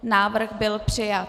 Návrh byl přijat.